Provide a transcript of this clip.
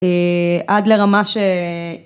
עד לרמה